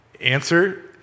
Answer